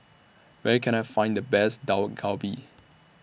Where Can I Find The Best Dak Galbi